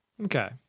Okay